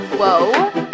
whoa